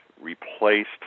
replaced